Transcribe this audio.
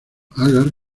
agar